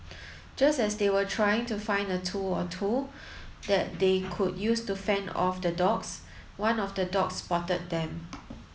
just as they were trying to find a tool or two that they could use to fend off the dogs one of the dogs spotted them